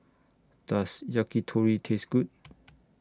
Does Yakitori Taste Good